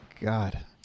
God